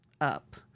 up